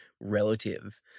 Relative